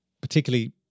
particularly